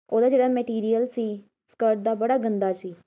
ਉਹਦਾ ਜਿਹੜਾ ਮੈਟੀਰੀਅਲ ਸੀ ਸਕਰਟ ਦਾ ਬੜਾ ਗੰਦਾ ਸੀ